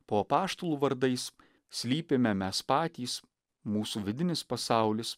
po apaštalų vardais slypime mes patys mūsų vidinis pasaulis